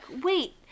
wait